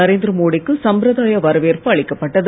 நரேந்திர மோடி க்கு சம்பிரதாய வரவேற்பு அளிக்கப்பட்டது